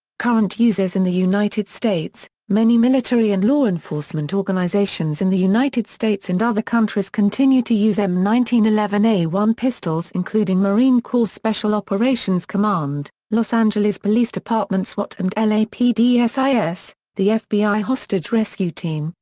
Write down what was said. current users in the united states many military and law enforcement organizations in the united states and other countries continue to use m a one pistols including marine corps special operations command, los angeles police department swat. and l a p d. s i s, the fbi hostage rescue team,